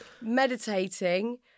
Meditating